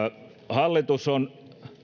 hallitus on